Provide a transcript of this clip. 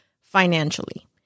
financially